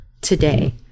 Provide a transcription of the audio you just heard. today